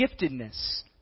giftedness